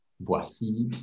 Voici